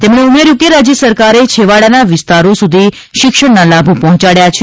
તેમણે ઉમેર્યું હતું કે રાજ્ય સરકારે છેવાડાના વિસ્તારો સુધી શિક્ષણના લાભો પહોચાડયા છે